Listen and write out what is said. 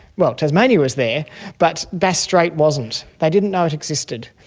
well, tasmania was there but bass strait wasn't. they didn't know it existed.